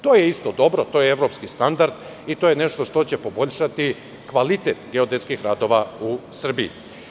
To je isto dobro, to je evropski standard i to je nešto što će poboljšati kvalitet geodetskih radova u Srbiji.